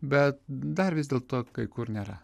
bet dar vis dėlto kai kur nėra